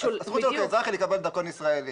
הזכות שלו כאזרח היא לקבל דרכון ישראלי.